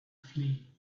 flee